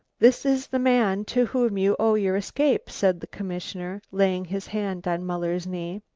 this is the man to whom you owe your escape, said the commissioner, laying his hand on muller's knee.